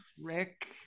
Rick